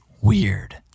weird